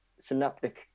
synaptic